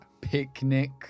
picnic